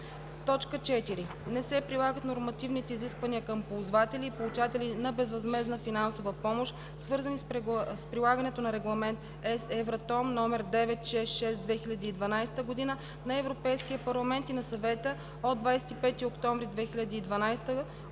4. не се прилагат нормативните изисквания към ползватели и получатели на безвъзмездна финансова помощ, свързани с прилагането на Регламент (ЕС, Евратом) № 966/2012 на Европейския парламент и на Съвета от 25 октомври 2012 относно